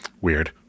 Weird